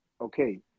Okay